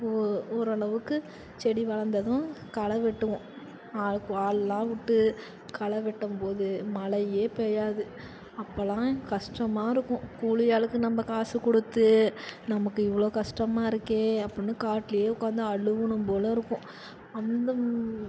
ஓ ஓரளவுக்கு செடி வளர்ந்ததும் களை வெட்டுவோம் ஆள் ஆள் எல்லாம் விட்டு களை வெட்டும்போது மழையே பெய்யாது அப்போலாம் கஸ்டமாக இருக்கும் கூலி ஆளுக்கு நம்ப காசு கொடுத்து நமக்கு இவ்வளோ கஸ்டமாக இருக்கே அப்பிடின்னு காட்டுலேயே உட்காந்து அழுவுணும் போல் இருக்கும் அந்த